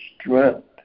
strength